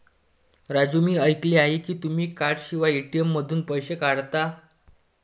राजू मी ऐकले आहे की तुम्ही कार्डशिवाय ए.टी.एम मधून पैसे काढता